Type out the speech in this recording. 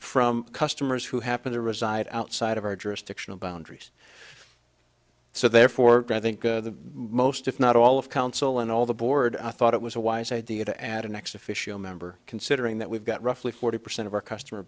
from customers who happen to reside outside of our jurisdictional boundaries so therefore i think the most if not all of council and all the board i thought it was a wise idea to add an extra fisher member considering that we've got roughly forty percent of our customer